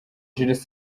jules